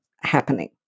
happening